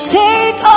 take